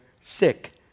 sick